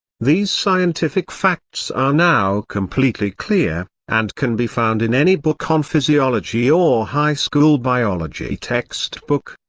these scientific facts are now completely clear, and can be found in any book on physiology or high school biology textbook.